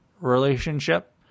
relationship